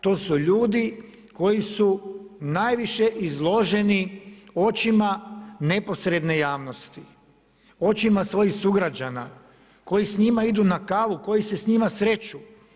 To su ljudi koji su najviše izloženi, očima neposredne javnosti, očima svojim sugrađana, koji s njima idu na kavu, koji se s njima sreću.